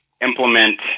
implement